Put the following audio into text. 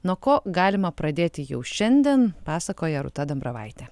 nuo ko galima pradėti jau šiandien pasakoja rūta dambravaitė